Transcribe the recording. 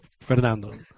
Fernando